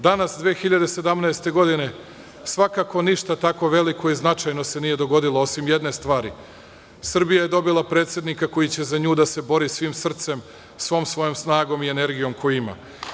Danas 2017. godine svakako ništa tako veliko i značajno se nije dogodilo, osim jedne stvari – Srbija je dobila predsednika koji će za nju da se bori svim srcem, svom svojom snagom i energijom koju ima.